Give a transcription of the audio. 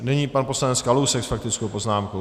Nyní pan poslanec Kalousek s faktickou poznámkou.